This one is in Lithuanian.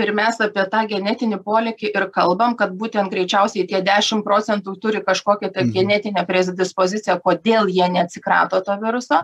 ir mes apie tą genetinį polėkį ir kalbam kad būtent greičiausiai tie dešim procentų turi kažkokį genetinę prezidispoziciją kodėl jie neatsikrato to viruso